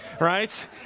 Right